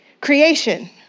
Creation